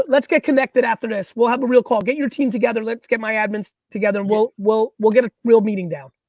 let's get connected after this, we'll have a real call. get your team together, let's get my admins together, we'll we'll get a real meeting down.